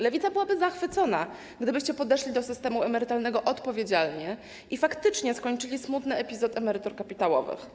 Lewica byłaby zachwycona, gdybyście podeszli do sprawy systemu emerytalnego odpowiedzialnie i faktycznie skończyli smutny epizod emerytur kapitałowych.